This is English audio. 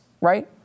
right